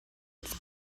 its